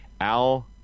Al